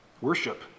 Worship